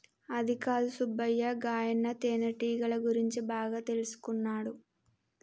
అదికాదు సుబ్బయ్య గాయన తేనెటీగల గురించి బాగా తెల్సుకున్నాడు